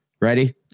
Ready